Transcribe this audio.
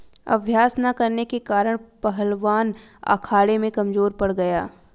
अभ्यास न करने के कारण पहलवान अखाड़े में कमजोर पड़ गया